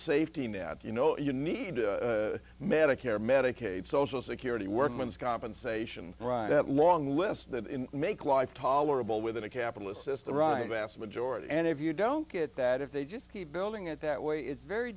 safety net you know you need to medicare medicaid social security workman's compensation ride a long list that make life tolerable within a capitalist system run vast majority and if you don't get that if they just keep building it that way it's very